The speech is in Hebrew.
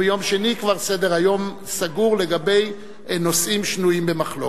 ליום שני סדר-היום כבר סגור לגבי נושאים שנויים במחלוקת.